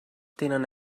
tenen